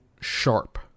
sharp